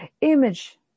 image